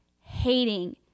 hating